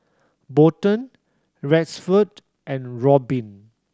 Bolden Rexford and Robyn